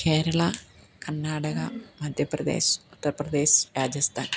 Kerala Karnataka Madhya Pradesh Uttar Pradesh Rajasthan